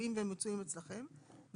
ידועים ומצויים אצלכם,